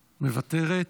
מוותרת.